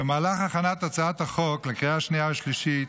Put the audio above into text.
במהלך הכנת הצעת החוק לקריאה השנייה והשלישית